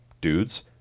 dudes